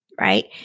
right